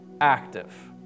active